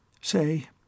say